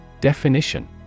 Definition